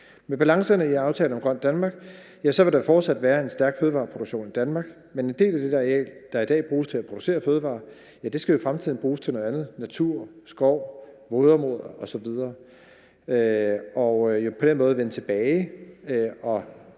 Med balancerne i aftalen om et grønt Danmark vil der fortsat være en stærk fødevareproduktion i Danmark, men en del af det areal, der i dag bruges til at producere fødevarer, skal i fremtiden bruges til noget andet; natur, skov, vådområder osv. og på den måde vende tilbage og